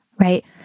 right